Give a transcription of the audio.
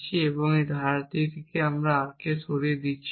এবং এই ধারা থেকে আমি R কে সরিয়ে দিচ্ছি না